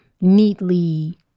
neatly